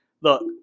look